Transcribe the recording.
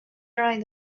right